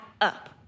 up